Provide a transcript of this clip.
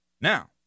Now